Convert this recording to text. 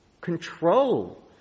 control